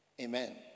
Amen